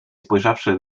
spojrzawszy